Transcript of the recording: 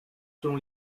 selon